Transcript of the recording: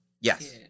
yes